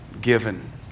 given